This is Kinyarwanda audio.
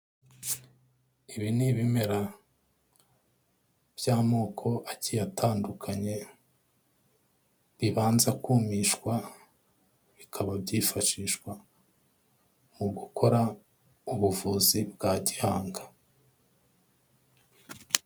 Ibi ni ibimera by'amoko agiye atandukanye, bibanza kumishwa bikaba byifashishwa mu gukora ubuvuzi bwa gihanga.